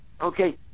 Okay